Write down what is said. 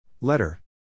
Letter